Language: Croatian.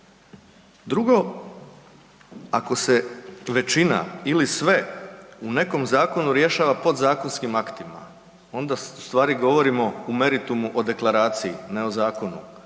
Drugo, ako se većina ili sve u nekom zakonu rješava podzakonskim aktima, onda ustvari govorimo u meritumu u deklaraciji, ne o zakonu.